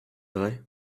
vrai